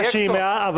אבל